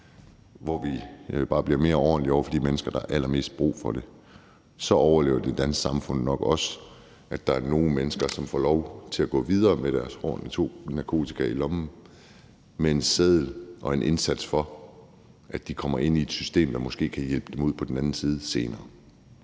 at vi bare bliver mere ordentlige over for de mennesker, der har allermest brug for det, og så overlever det danske samfund nok også, at der er nogle mennesker, som får lov til at gå videre med deres narkotika og et id-kort i lommen, hvis der gøres en indsats for, at de kommer ind i et system, der måske kan hjælpe dem ud på den anden side senere.